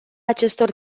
acestor